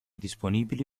disponibili